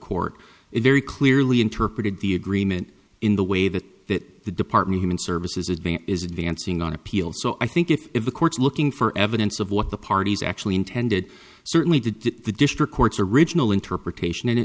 court it very clearly interpreted the agreement in the way that the department human services advance is advancing on appeal so i think if the court's looking for evidence of what the parties actually intended certainly did to the district courts original interpretation and it